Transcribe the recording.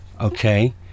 okay